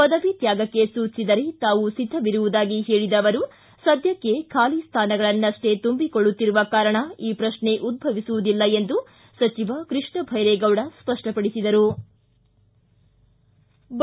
ಪದವಿ ತ್ವಾಗಕ್ಕೆ ಸೂಚಿಸಿದರೆ ತಾವೂ ಸಿದ್ಧವಿರುವುದಾಗಿ ಹೇಳಿದ ಅವರು ಸದ್ದಕ್ಕೆ ಖಾಲಿ ಸ್ಥಾನಗಳನ್ನಷ್ಟೇ ತುಂಬಿಕೊಳ್ಳುತ್ತಿರುವ ಕಾರಣ ಈ ಪ್ರಶ್ನೆ ಉದ್ಧವಿಸುವುದಿಲ್ಲ ಎಂದು ಸಚಿವ ಕೃಷ್ಣದೈರೇಗೌಡ ಸ್ಪಷ್ಟಪಡಿಸದರು